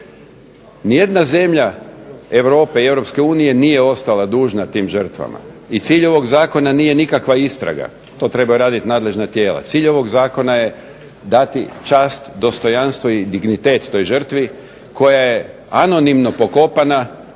Nijedna zemlja Europe i Europske unije nije ostala dužna tim žrtvama i cilj ovog zakona nije nikakva istraga, to trebaju raditi nadležna tijela. Cilj ovog zakona je dati čast, dostojanstvo i dignitet toj žrtvi, koja je anonimno pokopana,